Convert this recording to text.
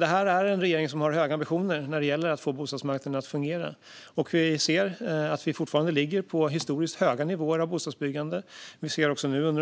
Detta är en regering som har höga ambitioner när det gäller att få bostadsmarknaden att fungera. Vi ser att vi fortfarande ligger på historiskt höga nivåer av bostadsbyggande. Vi ser också att